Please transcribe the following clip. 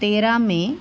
तेरा मे